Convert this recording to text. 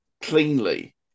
cleanly